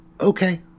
okay